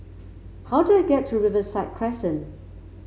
how do I get to Riverside Crescent